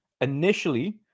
Initially